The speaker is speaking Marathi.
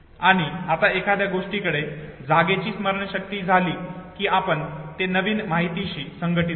आणि आता एकदा तुमच्याकडे जागेची स्मरणशक्ती झाली की आपण ते नवीन माहितीशी संघटीत करतो